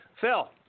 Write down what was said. Phil